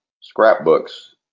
scrapbooks